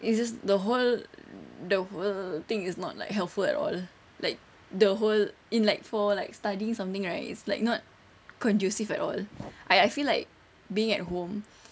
it's just the whole the whole thing is not like helpful at all like the whole in like for like studying something right it's like not conducive at all I I feel like being at home